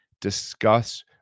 discuss